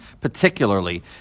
particularly